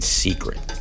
secret